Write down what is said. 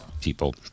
people